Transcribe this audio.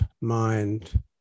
mind